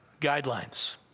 guidelines